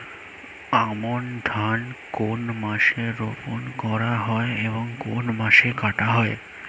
আমন ধান কোন মাসে রোপণ করা হয় এবং কোন মাসে কাটা হয়?